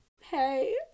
Hey